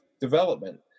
development